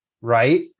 right